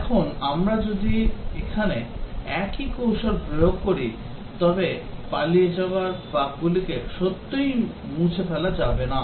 এবং আমরা যদি এখানে একই কৌশল প্রয়োগ করি তবে পালিয়ে যাওয়া বাগগুলিকে সত্যই মুছে ফেলা যাবে না